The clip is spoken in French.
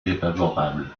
défavorable